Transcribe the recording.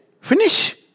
Finish